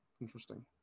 Interesting